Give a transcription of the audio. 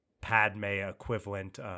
Padme-equivalent